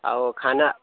अब खाना